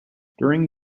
during